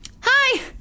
Hi